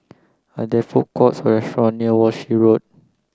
are there food courts or restaurant near Walshe Road